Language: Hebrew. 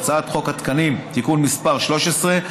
בהצעת חוק התקנים (תיקון מס' 13),